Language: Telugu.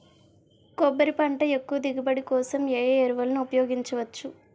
కొబ్బరి పంట ఎక్కువ దిగుబడి కోసం ఏ ఏ ఎరువులను ఉపయోగించచ్చు?